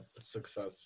Success